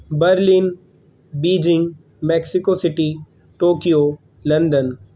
Berlin Beijing Mexico city Tokyo London